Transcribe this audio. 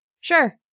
Sure